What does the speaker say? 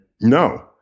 no